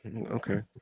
Okay